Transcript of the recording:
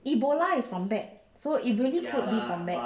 ebola is from bat so it really could be from bat